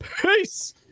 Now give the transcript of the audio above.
Peace